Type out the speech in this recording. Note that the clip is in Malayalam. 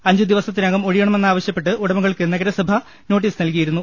അഞ്ചുദിവസ ത്തിനകം ഒഴിയണമെന്നാവശ്യപ്പെട്ട് ഉടമകൾക്ക് നഗരസഭ നോട്ടീസ് നൽകിയിരുന്നു